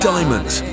Diamonds